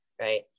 right